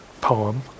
poem